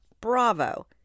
bravo